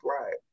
right